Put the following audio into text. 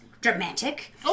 dramatic